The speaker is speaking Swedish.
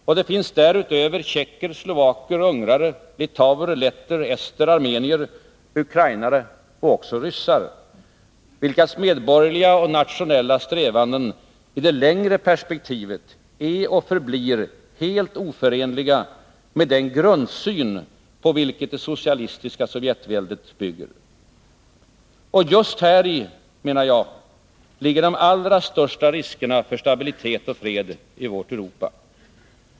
Och det finns därutöver tjecker, slovaker, ungrare, litauer, letter, ester, armenier, ukrainare och även ryssar, vilkas medborgerliga och nationella strävanden i det längre perspektivet är och förblir helt oförenliga med den grundsyn på vilken det socialistiska Sovjetväldet bygger. Just häri, menar jag, ligger de allra största riskerna för stabilitet och fred i vårt Europa.